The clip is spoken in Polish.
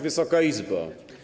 Wysoka Izbo!